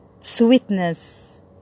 sweetness